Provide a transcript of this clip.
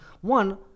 One